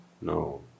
No